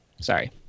Sorry